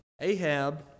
Ahab